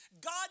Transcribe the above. God